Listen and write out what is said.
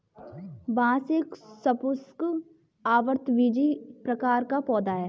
बांस एक सपुष्पक, आवृतबीजी प्रकार का पौधा है